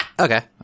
Okay